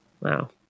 Wow